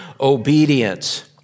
obedience